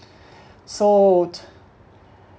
so